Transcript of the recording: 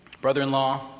brother-in-law